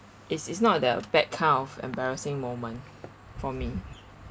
it's it's not the bad kind of embarrassing moment for me